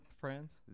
friends